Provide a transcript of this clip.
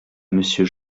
monsieur